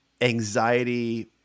anxiety